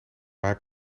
hij